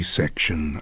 section